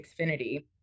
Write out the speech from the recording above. Xfinity